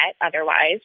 otherwise